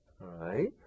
right